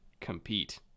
compete